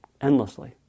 endlessly